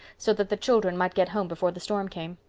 so that the children might get home before the storm came.